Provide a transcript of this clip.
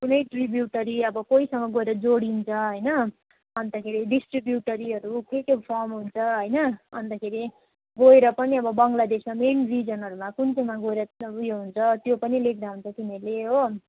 कुनै ट्रिब्युटरी अब कोहीसँग गएर जोडिन्छ होइन अन्तखेरि डिस्ट्रिब्युटरीहरू के के फर्म हुन्छ होइन अन्तखेरि गएर पनि अब बङ्ग्लादेशमा मेन रिजनहरूमा कुन चाहिँ गएर अब उयो हुन्छ त्यो पनि लेख्दा हुन्छ तिमीहरूले हो